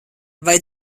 vai